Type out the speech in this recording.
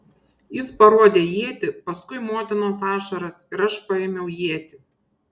jis parodė ietį paskui motinos ašaras ir aš paėmiau ietį